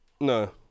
No